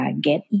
get